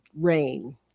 rain